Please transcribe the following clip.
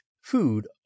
food